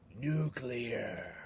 nuclear